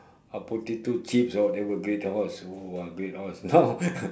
uh potato chips or whatever great horse !whoa! great horse now